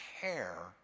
care